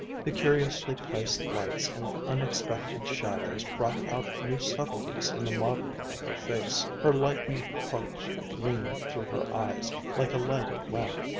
the curiously placed lights and unexpected shadows brought out new subtleties in the modeling of her face. her lightened heart gleamed through her eyes, like a lighted lamp.